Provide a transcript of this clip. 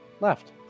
left